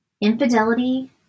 infidelity